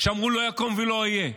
אמרו: לא יקום ולא יהיה.